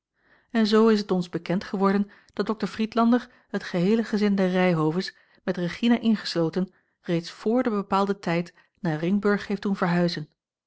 en zoo is het ons bekend geworden dat dokter friedlander het geheele gezin der ryhoves met regina ingesloten reeds vr den bepaalden tijd naar ringburg heeft doen verhuizen